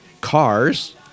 cars